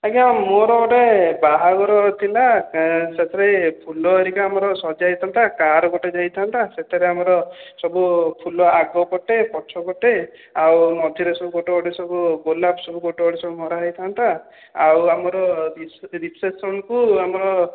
ଆଜ୍ଞା ମୋର ଗୋଟେ ବାହାଘର ଥିଲା ସେଥିପାଇଁ ଫୁଲ ହେରିକା ଆମର ସଜା ହେଇଥାନ୍ତା କାର୍ ଗୋଟେ ଯାଇଥାନ୍ତା ସେଥିରେ ଆମର ସବୁ ଫୁଲ ଆଗ ପଟେ ପଛ ପଟେ ଆଉ ମଝିରେ ସବୁ ଗୋଟେ ଗୋଟେ ସବୁ ଗୋଲାପ ସବୁ ଗୋଟେ ଗୋଟେ ସବୁ ମରା ହେଇଥାନ୍ତା ଆଉ ଆମର ରିସେପ୍ସନ୍ କୁ ଆମର